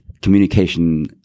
communication